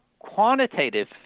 quantitative